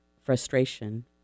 frustration